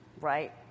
right